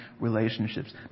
Relationships